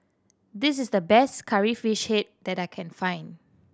this is the best Curry Fish Head that I can find